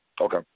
Okay